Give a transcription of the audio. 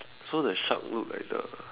so there's shark loop at the